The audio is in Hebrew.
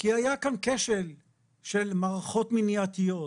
כי היה כאן כשל של מערכות מניעתיות,